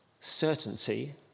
certainty